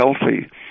healthy